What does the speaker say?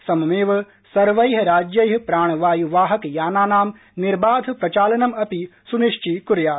सममेव सवैंः राज्यैः प्राणवाय् वाहक यानानां निर्बाध प्रचालनम् अपि सुनिश्चीकुर्यात्